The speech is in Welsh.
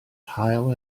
haul